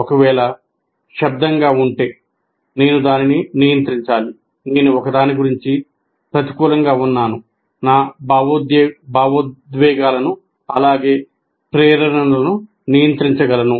ఒకవేళ శబ్దం గా ఉంటే నేను దానిని నియంత్రించాలి నేను ఒకదాని గురించి ప్రతికూలంగా ఉన్నాను నా భావోద్వేగాలను అలాగే ప్రేరణలను నియంత్రించగలను